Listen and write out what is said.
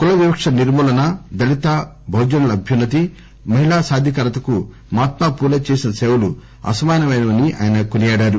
కుల వివక్షత నిర్మూలన దళిత బహుజనుల అభ్యున్నతి మహిళా సాధికారతకు మహాత్మా పూలే చేసిన సేవలు అసమానమైనవని అన్నారు